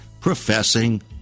professing